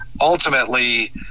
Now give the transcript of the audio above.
ultimately